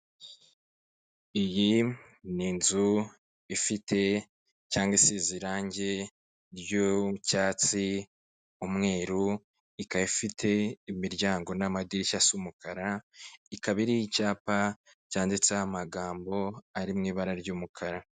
Iyi ni inzu ifite cyangwa isize irangi ry'icyatsi, umweru, ikaba ifite imiryango n'amadirishya asa umukara, ikaba iriho icyapa cyanditseho amagambo ari mu ibara ry'umukara.